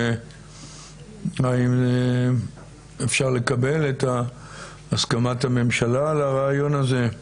האם אפשר לקבל את הסכמת הממשלה לרעיון הזה?